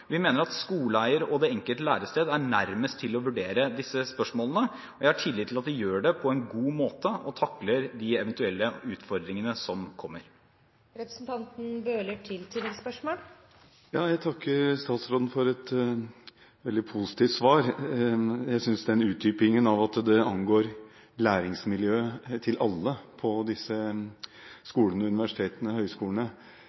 Vi mener at skoleeier og det enkelte lærested er nærmest til å vurdere disse spørsmålene, og jeg har tillit til at de gjør det på en god måte og takler de eventuelle utfordringene som kommer. Jeg takker statsråden for et veldig positivt svar. Jeg synes utdypingen av at det angår læringsmiljøet til alle på disse